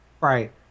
Right